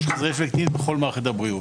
של חסרי ישע וקטינים בכל מערכת הבריאות.